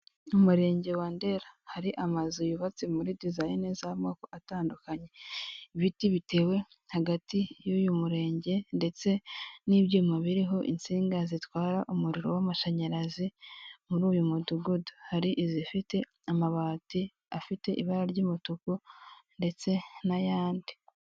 Umurenge wa ndera hari amazu yubatse muri dizayine z'amoko atandukanye, ibiti bitewe hagati y'uyu murenge ndetse n'ibyuma biriho insinga zitwara umuriro w'amashanyarazi muri uyu mudugudu, hari izifite amabati afite ibara ry'umutuku ndetse n'ayandi.